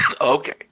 okay